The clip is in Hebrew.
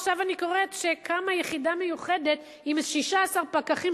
עכשיו אני קוראת שקמה יחידה מיוחדת עם 16 פקחים,